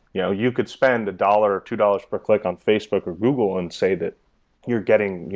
you know you could spend a dollar, or two dollars per click on facebook or google and say that you're getting,